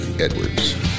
Edwards